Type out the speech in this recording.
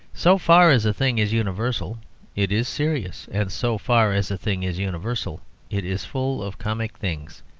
so far as a thing is universal it is serious. and so far as a thing is universal it is full of comic things.